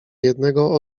jednego